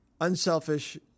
unselfish